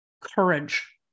courage